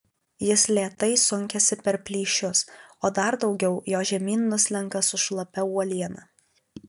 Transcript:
jis lėtai sunkiasi per plyšius o dar daugiau jo žemyn nuslenka su šlapia uoliena